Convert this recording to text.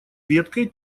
веткой